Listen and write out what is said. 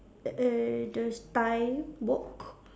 err err the Thai